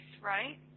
right